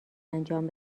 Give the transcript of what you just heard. انجام